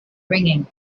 ringing